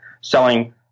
selling